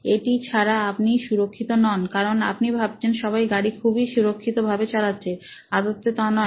এটি ছাড়া আপনি সুরক্ষিত নন কারণ আপনি ভাবছেন সবাই গাড়ি খুবই সুরক্ষিত ভাবে চালাচ্ছে আদতে তা নয়